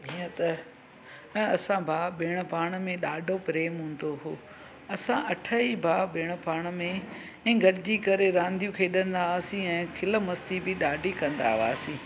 हीअं त ऐं असां भाउ भेण पाण में ॾाढो प्रेम हूंदो हो असां अठ ई भाउ भेण पाण में ऐं गॾजी करे रांदियूं खेॾंदा हुआसीं ऐं खिल मस्ती बि ॾाढी कंदा हुआसीं